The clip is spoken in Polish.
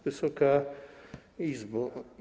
Wysoka Izbo!